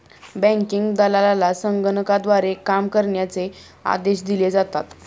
banking दलालाला संगणकाद्वारे काम करण्याचे आदेश दिले जातात